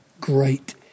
great